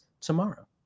tomorrow